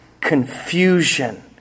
confusion